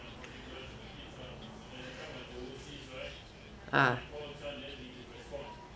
ah